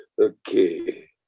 Okay